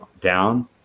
down